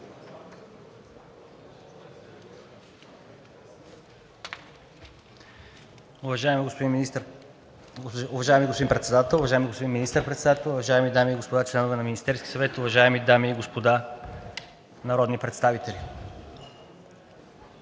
уважаеми господин Председател, уважаеми господин Министър-председател, уважаеми дами и господа членове на Министерския съвет, уважаеми дами и господа народни представители!